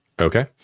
Okay